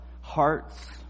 hearts